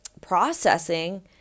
processing